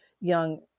young